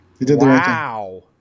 Wow